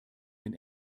den